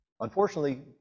Unfortunately